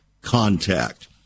contact